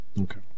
Okay